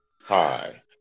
Hi